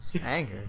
Anger